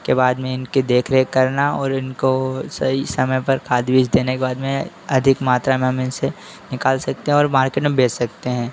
के बाद में इनकी देख रेख करना और इनको सही समय पर खाद बीज देने के बाद में अधिक मात्रा में हम इनसे निकाल सकते हैं और मार्केट में बेच सकते हैं